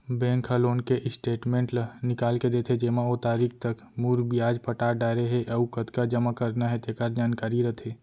bank ह loan के statement ल निकाल के देथे जेमा ओ तारीख तक मूर, बियाज पटा डारे हे अउ कतका जमा करना हे तेकर जानकारी रथे